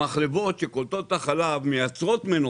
המחלבות שקולטות את החלב מייצרות ממנו